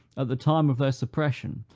at the time of their suppression,